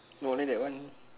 no then that one